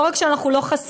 לא רק שאנחנו לא חסינים,